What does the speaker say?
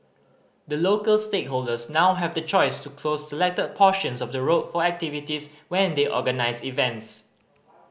the local stakeholders now have the choice to close selected portions of the road for activities when they organise events